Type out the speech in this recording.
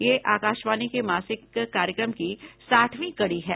यह आकाशवाणी के मासिक कार्यक्रम की साठवीं कड़ी है